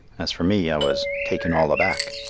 as for me, i was taken all aback,